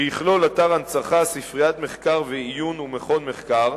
שיכלול אתר הנצחה, ספריית מחקר ועיון ומכון מחקר,